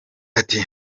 ati